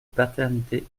paternité